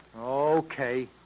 Okay